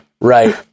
Right